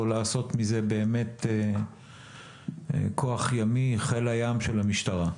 לעשות מזה כוח ימי חיל הים של המשטרה.